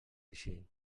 així